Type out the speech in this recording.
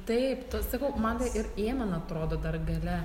taip to sakau man tai ir ė man atrodo dar gale